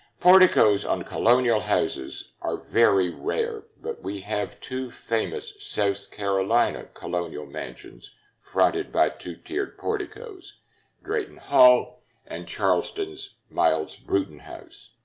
porticos on colonial houses are very rare, but we have two famous south carolina colonial mansions fronted by two-tiered porticos drayton hall and charleston's miles brewton house.